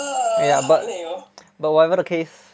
ya but but whatever the case